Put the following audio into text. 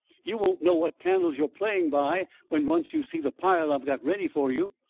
you won't know what candles you are playing by when once you see the pile i've got ready for you.